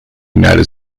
united